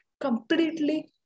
completely